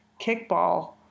kickball